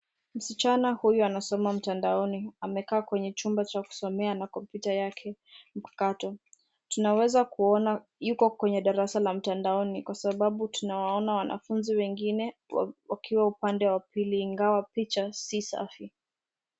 Msichana huyu anasoma mtandaoni. Amekaa kwenye chumba cha kusomea na kompyuta yake mpakato. Tunaweza kuona yuko kwenye darasa la mtandaoni kwa sababu tunawaona wanafunzi wengine wakiwa upande wa pili ingawa picha si safi.